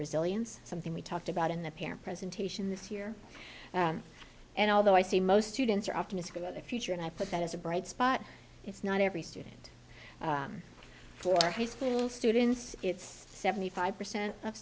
resilience something we talked about in the parent presentation this year and although i see most students are optimistic about the future and i put that as a bright spot it's not every student for high school students it's seventy five percent of